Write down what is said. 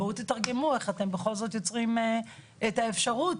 בואו תתרגמו איך אתם בכל זאת יוצרים את האפשרות